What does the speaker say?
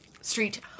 Street